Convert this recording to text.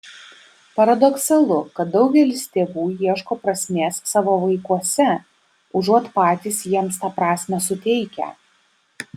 paradoksalu kad daugelis tėvų ieško prasmės savo vaikuose užuot patys jiems tą prasmę suteikę